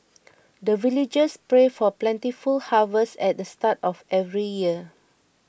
the villagers pray for plentiful harvest at the start of every year